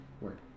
Work